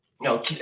No